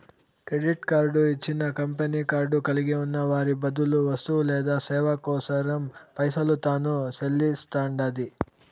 credit card ఇచ్చిన company card కలిగున్న వారి బదులు వస్తువు లేదా సేవ కోసరం పైసలు తాను సెల్లిస్తండాది